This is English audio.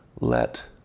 let